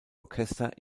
orchester